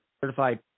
certified